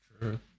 True